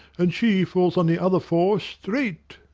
and she falls on the other four straight.